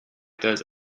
those